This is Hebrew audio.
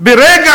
ברגע